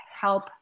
help